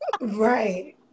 right